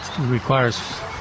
requires